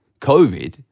COVID